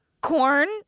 corn